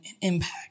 impact